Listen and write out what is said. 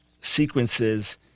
sequences